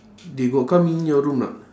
they got come in your room or not